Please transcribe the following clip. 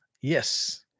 Yes